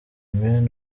ben